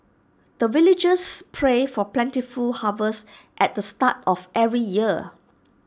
the villagers pray for plentiful harvest at the start of every year